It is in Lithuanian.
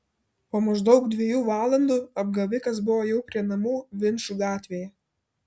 po maždaug dviejų valandų apgavikas buvo jau prie namų vinčų gatvėje